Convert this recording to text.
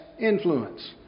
influence